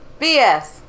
BS